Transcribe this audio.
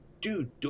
dude